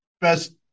best